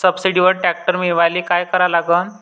सबसिडीवर ट्रॅक्टर मिळवायले का करा लागन?